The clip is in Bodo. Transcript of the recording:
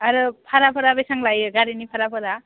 आरो भाराफोरा बेसां लायो गारिनि भाराफोरा